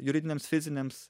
juridiniams fiziniams